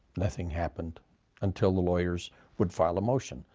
nothing happened until the lawyers would file a motion,